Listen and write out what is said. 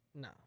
No